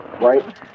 Right